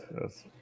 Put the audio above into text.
Yes